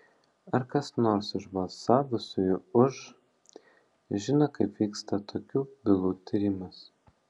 ar kas nors iš balsavusiųjų už žino kaip vyksta tokių bylų tyrimas